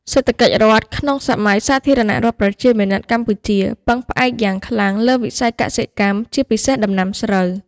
សេដ្ឋកិច្ចរដ្ឋក្នុងសម័យសាធារណរដ្ឋប្រជាមានិតកម្ពុជា ពឹងផ្អែកយ៉ាងខ្លាំងលើវិស័យកសិកម្ម ជាពិសេសដំណាំស្រូវ។